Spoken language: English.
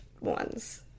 ones